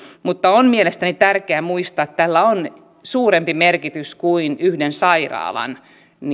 mutta on mielestäni tärkeää muistaa että tällä on suurempi merkitys kuin yhden sairaalan